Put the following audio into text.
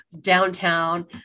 downtown